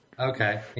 Okay